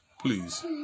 Please